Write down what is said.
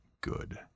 good